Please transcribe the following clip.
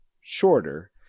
shorter